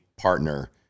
partner